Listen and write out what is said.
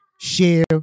share